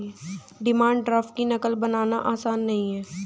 demand draft की नक़ल बनाना आसान नहीं है